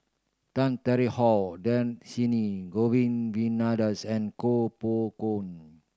Tan Tarn How Dhershini Govin Winodan's and Koh Poh Koon